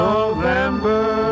November